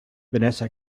vanessa